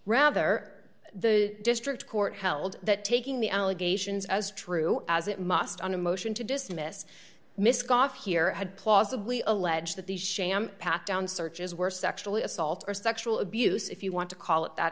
rather the district court held that taking the allegations as true as it must on a motion to dismiss misc off here had plausibly allege that the sham pat down searches were sexually assault or sexual abuse if you want to call it that